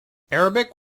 arabic